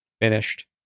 finished